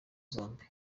zombi